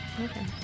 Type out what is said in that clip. Okay